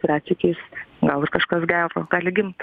retsykiais gal ir kažkas gero gali gimt